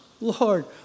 Lord